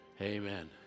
Amen